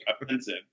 offensive